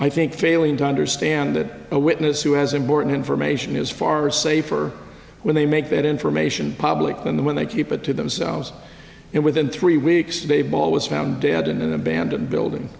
i think failing to understand that a witness who has important information is far safer when they make that information public when the when they keep it to themselves and within three weeks they ball was found dead in an abandoned building